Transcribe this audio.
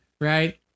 right